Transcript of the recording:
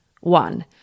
One